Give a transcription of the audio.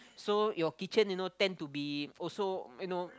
so your kitchen you know tend to be also you know